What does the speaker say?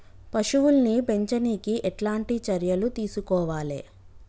పశువుల్ని పెంచనీకి ఎట్లాంటి చర్యలు తీసుకోవాలే?